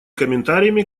комментариями